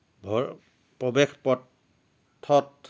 ভৰ প্ৰৱেশ পথত